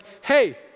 hey